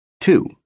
Two